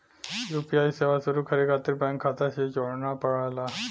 UPI सेवा शुरू करे खातिर बैंक खाता से जोड़ना पड़ला